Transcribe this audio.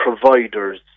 providers